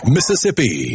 Mississippi